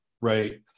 Right